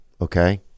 okay